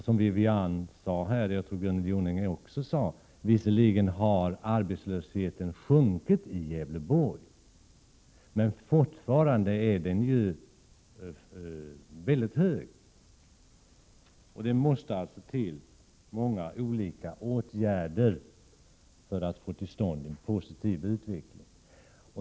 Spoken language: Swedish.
Som Wivi-Anne Cederqvist och Gunnel Jonäng tidigare sade har visserligen arbetslösheten sjunkit i Gävleborg, men fortfarande är den mycket hög. Således måste många olika åtgärder till för att man skall få till stånd en positiv utveckling.